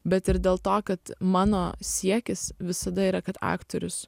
bet ir dėl to kad mano siekis visada yra kad aktorius